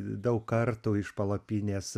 daug kartų iš palapinės